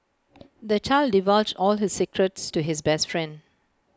the child divulged all his secrets to his best friend